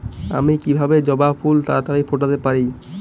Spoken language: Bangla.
আমি কিভাবে জবা ফুল তাড়াতাড়ি ফোটাতে পারি?